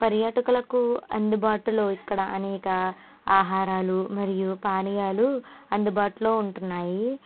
పర్యాటకులకు అందుబాటులో ఇక్కడ అనేక ఆహారాలు మరియు పానీయాలు అందుబాటులో ఉంటున్నాయి